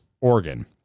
organ